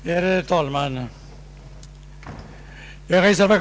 Herr talman!